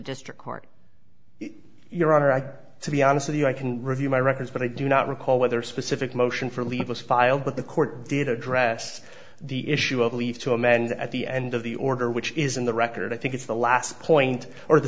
district court your honor i to be honest with you i can review my records but i do not recall whether specific motion for leave was filed but the court did address the issue of leave to amend at the end of the order which is in the record i think it's the last point or the